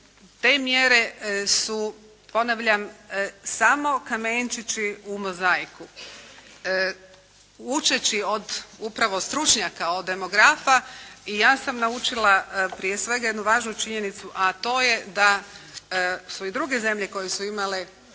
te mjere su ponavljam samo kamenčići u mozaiku. Učeći od upravo stručnjaka, od demografa i ja sam naučila prije svega jednu važnu činjenicu a to je da su i druge zemlje koje su imale